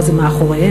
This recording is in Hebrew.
זה כבר מאחוריהם.